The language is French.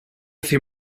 fait